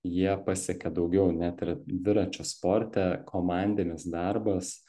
jie pasiekia daugiau net ir dviračių sporte komandinis darbas